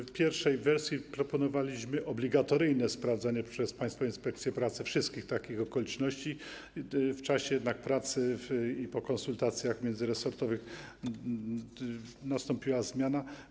W pierwszej wersji proponowaliśmy obligatoryjne sprawdzanie przez Państwową Inspekcję Pracy wszystkich takich okoliczności, jednak w czasie pracy i po konsultacjach międzyresortowych nastąpiła zmiana.